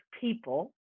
people